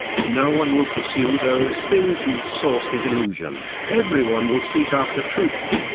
no one will pursue those things whose source is illusion everyone will seek after truth.